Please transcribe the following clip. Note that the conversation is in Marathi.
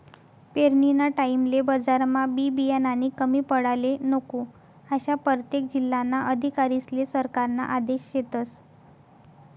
पेरनीना टाईमले बजारमा बी बियानानी कमी पडाले नको, आशा परतेक जिल्हाना अधिकारीस्ले सरकारना आदेश शेतस